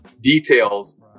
details